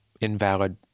invalid